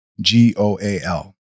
G-O-A-L